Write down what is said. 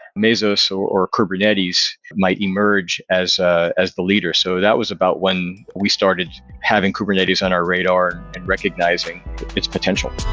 mesos or kubernetes might emerge as ah as the leader. so that was about when we started having kubernetes on our radar and recognizing its potential.